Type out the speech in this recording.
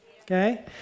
okay